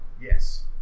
Yes